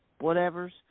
whatevers